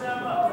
לנושא הבא.